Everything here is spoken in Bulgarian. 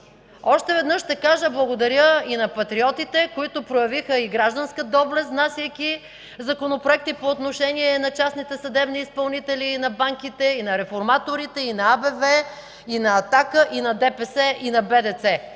Още веднъж ще кажа: благодаря и на патриотите, които проявиха гражданска доблест, внасяйки законопроекти по отношение на частните съдебни изпълнители и на банките, и на реформаторите, и на АБВ, и на „Атака”, и на ДПС, и на БДЦ.